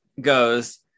goes